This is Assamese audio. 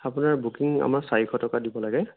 আপোনাৰ বুকিং আমাৰ চাৰিশ টকা দিব লাগে